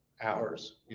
hours